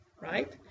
right